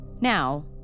Now